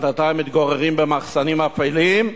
בינתיים מתגוררים במחסנים אפלים,